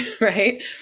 right